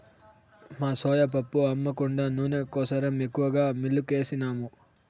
మా సోయా పప్పు అమ్మ కుండా నూనె కోసరం ఎక్కువగా మిల్లుకేసినాము